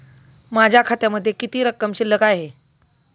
माझ्या खात्यामध्ये किती रक्कम शिल्लक आहे?